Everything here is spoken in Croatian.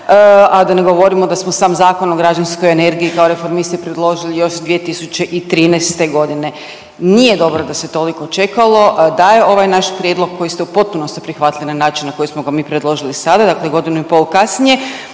a da ne govorimo da smo sam Zakon o građevinskoj energiji kao Reformisti predložili još 2013.g. Nije dobro da se toliko čekalo, da je ovaj naš prijedlog koji ste u potpunosti prihvatili na način na koji smo ga mi predložili sada, dakle godinu i pol kasnije,